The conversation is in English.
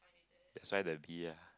that's why the B ah